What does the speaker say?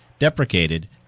deprecated